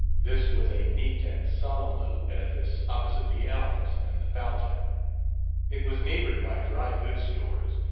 this was a neat and solemn little edifice opposite the elms and the fountain it was neighbored by dry-goods stores,